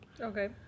Okay